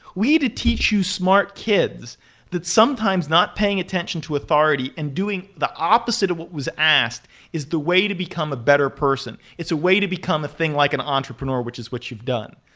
we de-teach you smart kids that sometimes not paying attention to authority and doing the opposite of what was asked is the way to become a better person. it's a way to become a thing like an entrepreneur, which is what you've done.